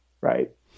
right